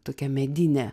tokia medinė